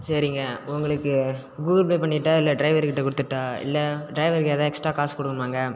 சரிங்க உங்களுக்கு Google Pay பண்ணிடட்டா இல்லை ட்ரைவருகிட்ட கொடுத்துர்ட்டா இல்லை ட்ரைவர்க்கு எதாது எக்ஸ்டா காசு கொடுக்கணுமாங்க